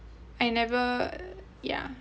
I never ya